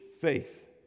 faith